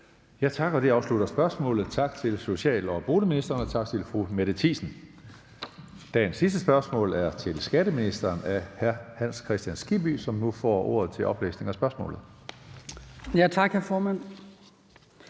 Tak. Det afslutter spørgsmålet. Tak til social- og boligministeren, og tak til fru Mette Thiesen. Dagens sidste spørgsmål er til skatteministeren af hr. Hans Kristian Skibby, som nu får ordet til oplæsning af spørgsmålet.